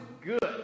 good